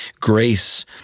Grace